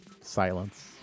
Silence